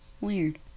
Weird